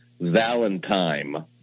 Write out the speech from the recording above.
Valentine